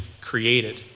created